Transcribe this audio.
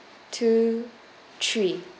two three